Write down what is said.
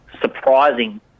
surprising